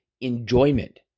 enjoyment